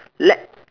let